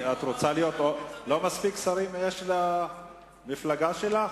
לא מספיק שרים יש למפלגה שלך?